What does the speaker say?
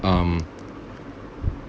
um